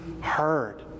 heard